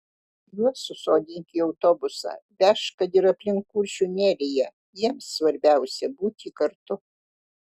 juos susodink į autobusą vežk kad ir aplink kuršių neriją jiems svarbiausia būti kartu